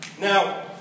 Now